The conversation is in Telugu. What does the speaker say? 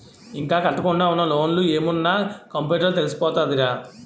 ఇంకా కట్టకుండా ఉన్న లోన్లు ఏమున్న కంప్యూటర్ లో తెలిసిపోతదిరా